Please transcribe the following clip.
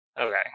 Okay